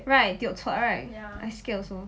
right tio chua right I scared also